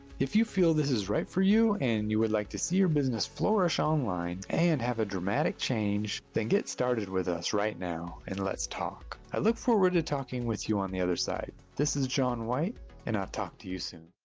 if you feel this is right for you and you would like to see your business flourish online and have a dramatic change then get started with us right now, and let's talk. i look forward to talking with you on the other side, this is john white and i'll talk to you soon.